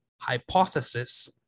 hypothesis